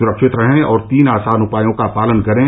सुरक्षित रहें और तीन आसान उपायों का पालन करें